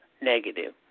negative